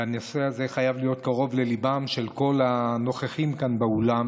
והנושא הזה חייב להיות קרוב לליבם של כל הנוכחים כאן באולם